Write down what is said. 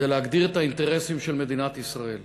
זה להגדיר את האינטרסים של מדינת ישראל.